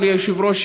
אדוני היושב-ראש,